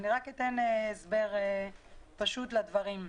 אני אתן הסבר פשוט לדברים.